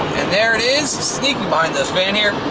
and there it is, sneaking behind this van here.